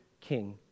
king